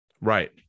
right